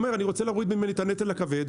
הוא אומר אני רוצה להוריד מעצמי את הנטל הכבד.